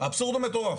האבסורד הוא מטורף.